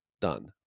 done